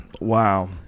wow